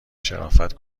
شرافت